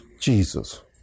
Jesus